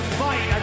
fight